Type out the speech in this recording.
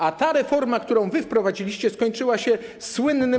A ta reforma, którą wy wprowadziliście, skończyła się słynnym.